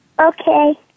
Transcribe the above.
Okay